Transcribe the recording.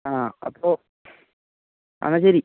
ആ അപ്പോള് എന്നാല് ശരി